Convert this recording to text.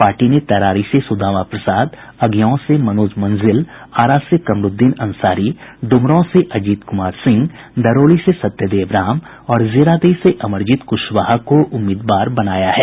party ने तरारी से सुदामा प्रसाद अगिआंव से मनोज मंजिल आरा से कमरुद्दीन अंसारी ड्मरांव से अजित कुमार सिंह दरौली से सत्यदेव राम और जिरादेई से अमरजीत कुशवाहा को उम्मीदवार बनाया है